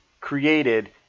created